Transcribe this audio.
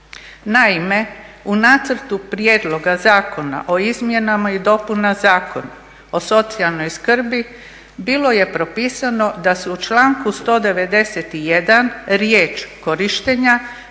Naime, u nacrtu prijedloga zakona o izmjenama i dopunama Zakona o socijalnoj skrbi bilo je propisano da se u članku 191.riječ korištenja